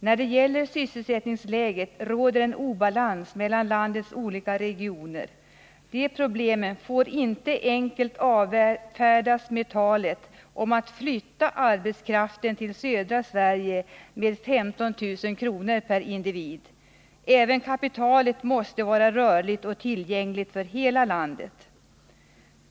När det gäller sysselsättningsläget råder en obalans mellan landets olika regioner. De problemen får inte enkelt avfärdas med talet om att flytta arbetskraften till södra Sverige med 15 000 kr. per individ. Även kapitalet måste vara rörligt och tillgängligt för hela landet.